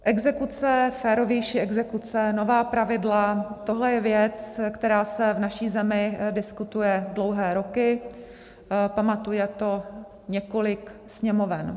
Exekuce, férovější exekuce, nová pravidla tohle je věc, která se v naší zemi diskutuje dlouhé roky, pamatuje to několik Sněmoven.